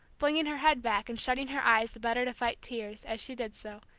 flinging her head back and shutting her eyes the better to fight tears, as she did so,